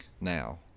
now